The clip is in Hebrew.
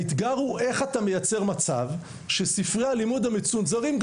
האתגר הוא איך אתה מייצר מצב שילמדו בספרי הלימוד המצונזרים.